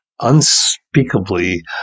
unspeakably